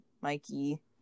Mikey